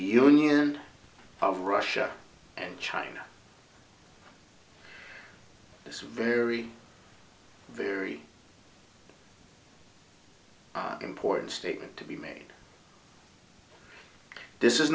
union of russia and china this very very important statement to be made this is